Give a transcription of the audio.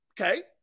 Okay